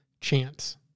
chance